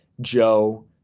Joe